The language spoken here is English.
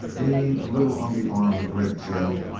leaning a little on the arm of red jim,